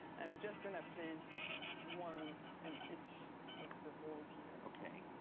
i'm just going to place one in each of the holes here. okay.